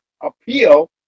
appeal